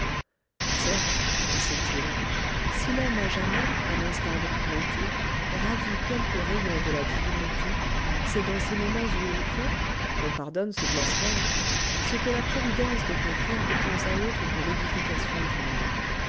certes pensait-il si l'homme a jamais à l'instar de prométhée ravi quelque rayon de la divinité c'est dans ces moments où il fait qu'on pardonne ce blasphème ce que la providence devrait faire de temps à autre pour l'édification du monde